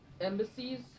embassies